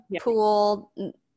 pool